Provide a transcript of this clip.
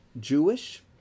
Jewish